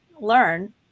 learn